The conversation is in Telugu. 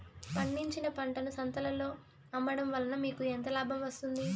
పండించిన పంటను సంతలలో అమ్మడం వలన మీకు ఎంత లాభం వస్తుంది?